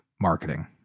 marketing